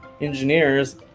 engineers